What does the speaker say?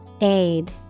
Aid